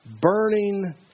burning